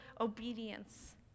obedience